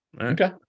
Okay